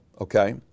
okay